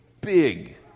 big